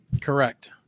correct